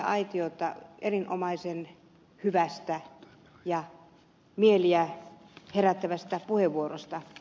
autiota erinomaisen hyvästä ja mieliä herättävästä puheenvuorosta